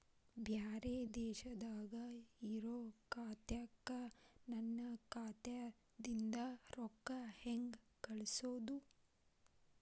ಬ್ಯಾರೆ ದೇಶದಾಗ ಇರೋ ಖಾತಾಕ್ಕ ನನ್ನ ಖಾತಾದಿಂದ ರೊಕ್ಕ ಹೆಂಗ್ ಕಳಸೋದು?